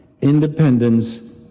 independence